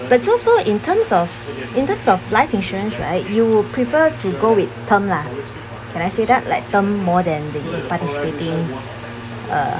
but so so in terms of in terms of life insurance right you will prefer to go with term lah can I say that like term more than the participating uh